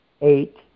eight